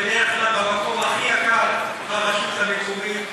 בדרך כלל במקום הכי יקר ברשות המקומית,